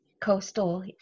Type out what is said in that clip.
coastal